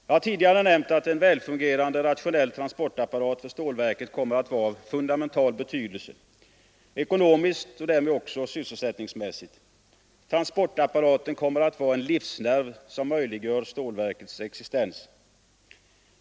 Jag har tidigare nämnt att en välfungerande, rationell transportapparat för stålverket kommer att vara av fundamental betydelse — ekonomiskt och därmed också sysselsättningsmässigt. Transportapparaten kommer att vara en livsnerv som möjliggör stålverkets existens.